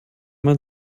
man